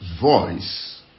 voice